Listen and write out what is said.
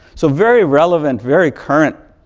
so, very relevant, very current